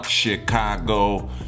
Chicago